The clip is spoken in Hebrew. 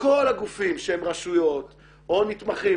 כל הגופים שהם רשויות או נתמכים,